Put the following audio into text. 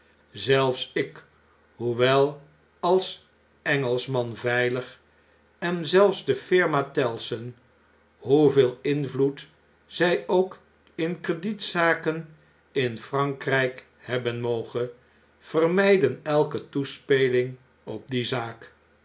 zelfs ik hoewel als engelschman veilig en zelfs de firma tellson hoeveel invloed zjj ook in kredietzaken in f r a n k r ij k hebben moge vermjjden elke toespeling op die zaak